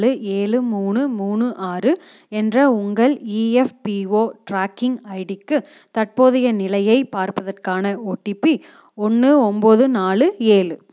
ஒன்பது ஒன்பது மூணு நாலு அஞ்சு நாலு ஏழு மூணு மூணு ஆறு என்ற உங்கள் இஎஃப்பிஓ ட்ராக்கிங் ஐடிக்கு தற்போதைய நிலையைப் பார்ப்பதற்கான ஓடிபி ஒன்று ஒன்பது நாலு ஏழு